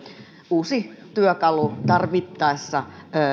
uusi työkalu tarvittaessa turvata